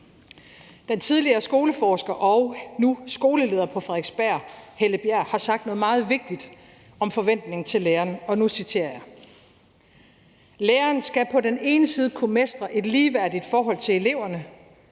Den tidligere skoleforsker og nu skoleleder på Frederiksberg, Helle Bjerg, har sagt noget meget vigtigt om forventningerne til lærerne, og nu citerer jeg: »Man skal på den ene side kunne mestre et ligeværdigt forhold til eleverne